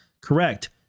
Correct